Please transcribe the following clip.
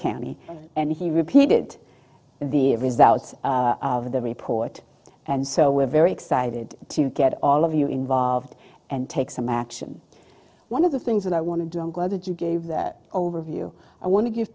cammy and he repeated the results of the report and so we're very excited to get all of you involved and take some action one of the things that i want to do i'm glad you gave that overview i want to give